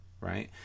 right